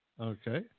okay